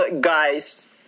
Guys